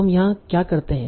तो हम यहाँ क्या करते हैं